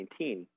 2019